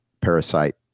parasite